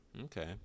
Okay